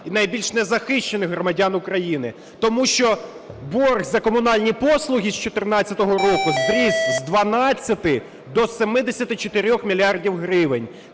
найбільш незахищених громадян України. Тому що борг за комунальні послуги з 14-го року зріс з 12 до 74 мільярдів